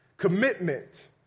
commitment